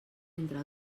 entre